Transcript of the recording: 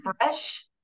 fresh